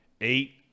Eight